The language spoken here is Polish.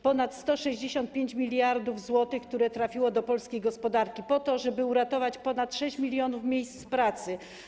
Ponad 165 mld zł trafiło do polskiej gospodarki po to, żeby uratować ponad 6 mln miejsc pracy.